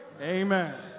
amen